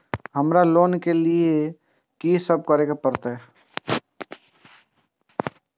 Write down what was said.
हमरा लोन ले के लिए की सब करे परते?